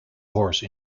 horse